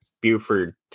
Buford